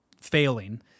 failing